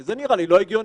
כי זה נראה לי לא הגיוני.